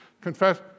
confess